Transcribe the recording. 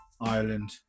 Ireland